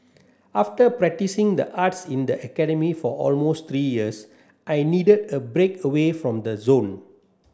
after practising the arts in the academy for almost three years I needed a break away from the zone